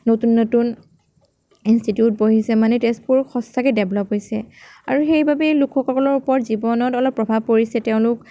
নতুন নতুন ইঞ্চটিউট বহিছে মানে তেজপুৰ সঁচাকৈ ডেভলপ হৈছে আৰু সেইবাবেই লোকসকলৰ ওপৰত জীৱনত অলপ প্ৰভাৱ পৰিছে তেওঁলোক